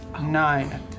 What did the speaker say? Nine